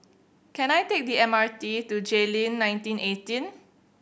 can I take the M R T to Jayleen nineteen eighteen